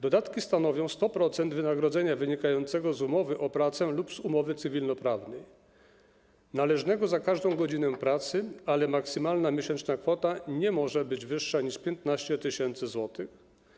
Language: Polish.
Dodatki stanowią 100% wynagrodzenia wynikającego z umowy o pracę lub z umowy cywilnoprawnej należnego za każdą godzinę pracy, ale maksymalna miesięczna kwota nie może być wyższa niż 15 tys. zł.